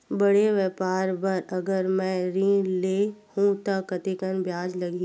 बड़े व्यापार बर अगर मैं ऋण ले हू त कतेकन ब्याज लगही?